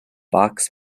box